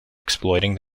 exploiting